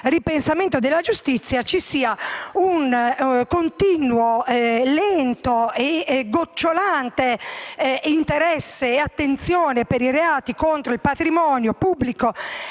ripensamento della giustizia ci sia un continuo, lento e gocciolante interesse e un'attenzione per i reati contro il patrimonio, pubblico